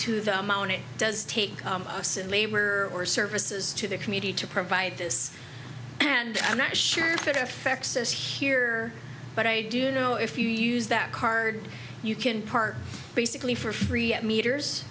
to the amount it does take us in labor or services to the community to provide this and i'm not sure if it affects us here but i do know if you use that card you can park basically for free at meters